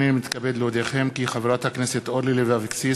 העשרים-ושבע של הכנסת העשרים יום רביעי,